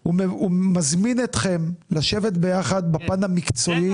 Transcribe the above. הוא מזמין אתכם לשבת ביחד בפן המקצועי,